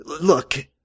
look